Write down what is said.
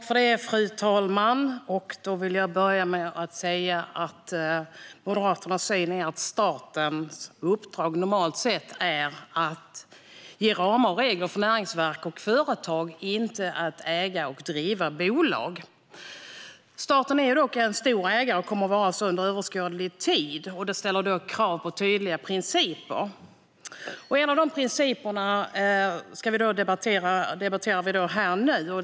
Fru talman! Moderaternas syn är att statens uppdrag normalt sett är att ge ramar och regler för näringsliv och företag, inte att äga och driva bolag. Staten är dock en stor ägare och kommer att vara så under överskådlig tid. Det ställer krav på tydliga principer. En av de principerna debatterar vi här och nu.